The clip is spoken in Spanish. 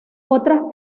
otras